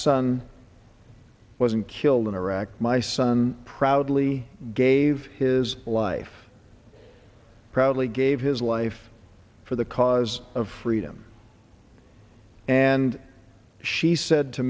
son wasn't killed in iraq my son proudly gave his life proudly gave his life for the cause of freedom and she said to